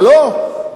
אבל לא.